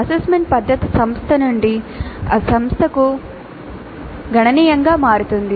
assessment పద్ధతి సంస్థ నుండి సంస్థకు గణనీయంగా మారుతుంది